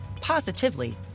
positively